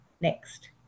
Next